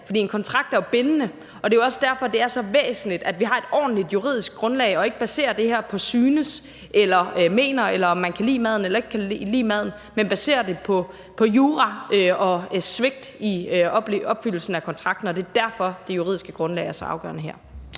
for en kontrakt er jo bindende, og det er også derfor, at det er så væsentligt, at vi har et ordentligt juridisk grundlag og ikke baserer det her på »synes« eller »mener«, eller om man kan lide maden eller ikke kan lide maden, men baserer det på jura og svigt i opfyldelsen af kontrakten. Det er derfor, at det juridiske grundlag er så afgørende her.